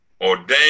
ordained